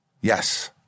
Yes